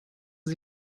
sie